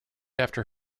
after